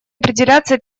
определяться